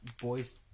boys